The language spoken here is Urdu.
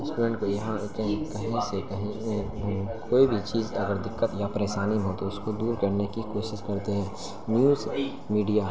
اسٹوڈینٹ کو یہاں کہیں سے کہیں کوئی بھی چیز اگر دقت یا پریشانی ہو تو اس کو دور کرنے کی کوشش کرتے ہیں نیوز میڈیا